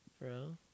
Bro